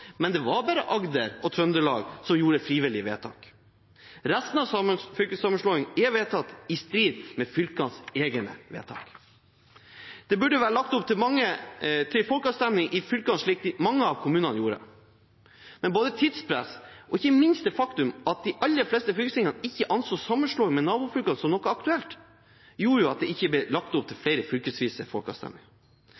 men det var bare Agder og Trøndelag som gjorde frivillig vedtak. Resten av fylkessammenslåingen er vedtatt i strid med fylkenes egne vedtak. Det burde vært lagt opp til folkeavstemning i fylkene slik mange av kommunene gjorde. Men både tidspress og ikke minst det faktum at de aller fleste fylkesting ikke anså sammenslåing med nabofylkene som aktuelt, gjorde at det ikke ble lagt opp til